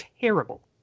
terrible